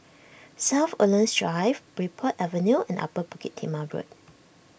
South Woodlands Drive Bridport Avenue and Upper Bukit Timah Road